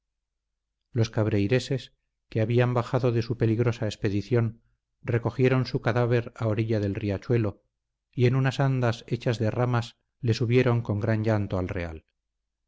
los cabreireses que habían bajado de su peligrosa expedición recogieron su cadáver a la orilla del riachuelo y en unas andas hechas de ramas le subieron con gran llanto al real